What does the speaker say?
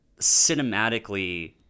cinematically